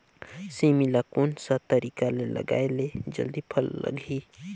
सेमी ला कोन सा तरीका से लगाय ले जल्दी फल लगही?